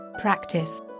practice